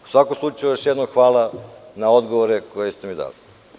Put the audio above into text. U svakom slučaju, još jednom hvala na odgovore koje ste mi dali.